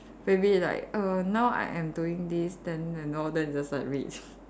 maybe like err now I am doing this then and all then just like read